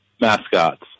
mascots